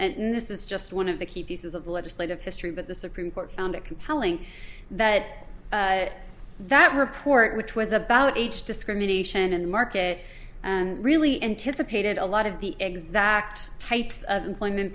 and this is just one of the key pieces of legislative history but the supreme court found it compelling that that report which was about age discrimination and market and really anticipated a lot of the exact types of employment